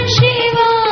Shiva